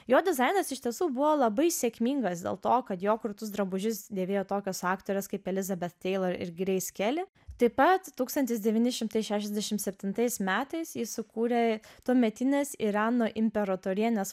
jo dizainas iš tiesų buvo labai sėkmingas dėl to kad jo kurtus drabužius dėvėjo tokios aktorės kaip eliza teilorą ir grace kelley taip pat tūkstantis devyni šimtai šešiasdešim septintais metais jis sukūrė tuometinės irano imperatorienės